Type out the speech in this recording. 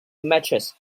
mattress